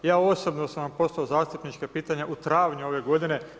Ja osobno sam vam poslao zastupnička pitanja u travnju ove godine.